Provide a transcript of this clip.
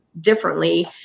differently